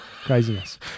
craziness